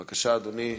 בבקשה, אדוני.